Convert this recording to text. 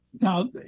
Now